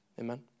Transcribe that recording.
Amen